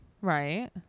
Right